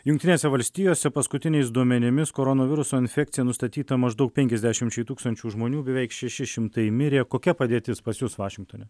jungtinėse valstijose paskutiniais duomenimis koronaviruso infekcija nustatyta maždaug penkiasdešimčiai tūkstančių žmonių beveik šeši šimtai mirė kokia padėtis pas jus vašingtone